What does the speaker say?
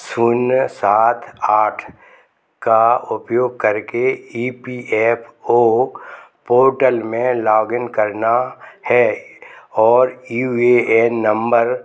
शून्य सात आठ का उपयोग करके E P F O portal में लॉगिन करना है और यू ए एन नंबर